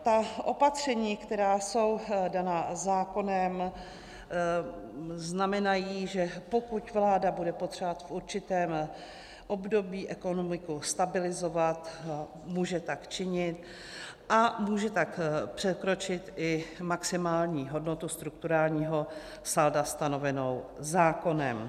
Ta opatření, která jsou daná zákonem, znamenají, že pokud vláda bude potřebovat v určitém období ekonomiku stabilizovat, může tak činit a může tak překročit i maximální hodnotu strukturálního salda stanovenou zákonem.